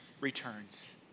returns